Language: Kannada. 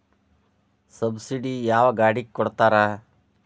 ಸಬ್ಸಿಡಿ ಯಾವ ಗಾಡಿಗೆ ಕೊಡ್ತಾರ?